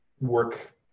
work